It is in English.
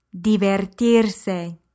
Divertirse